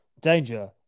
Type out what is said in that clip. Danger